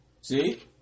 See